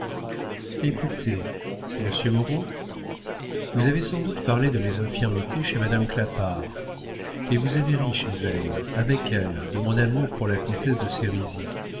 écoutez monsieur moreau vous avez sans doute parlé de mes infirmités chez madame clapart et vous avez ri chez elle avec elle de mon amour pour la comtesse de